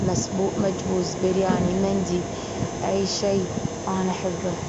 مسبوء، مجبوس، برياني، مندي، أي شي أنا أحبه.